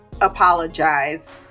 Apologize